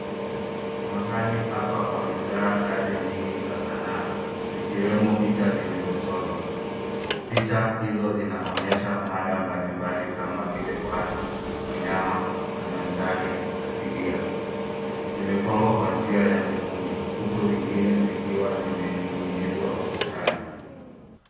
Mahali hapa pamejaa kazi nyingi za sanaa, zikiwemo picha zilizochorwa. Picha hizo zinaonyesha mada mbali mbali kama vile watu, wanyama na mandhari asili. Zimepangwa kwa njia ya ufundi huku zingine zikiwa zimening'inizwa ukutani.